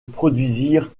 produisirent